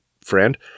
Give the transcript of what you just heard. friend